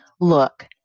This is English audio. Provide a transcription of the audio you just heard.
Look